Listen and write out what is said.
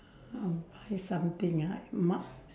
um buy something ah